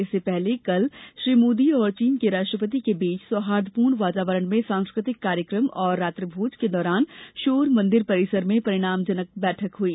इससे पहले कल श्री मोदी और चीन के राष्ट्रपति के बीच सौहार्दपूर्ण वातावरण में सांस्कृतिक कार्यक्रम तथा रात्रि भोजन के दौरान शोर मंदिर परिसर में परिणामजनक बैठक हुई